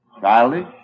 childish